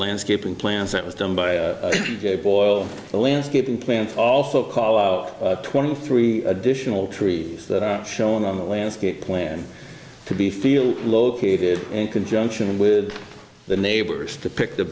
landscaping plans that was done by boyle a landscaping plant also call out twenty three additional trees that are shown on the landscape plan to be field located in conjunction with the neighbors to pick the